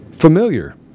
familiar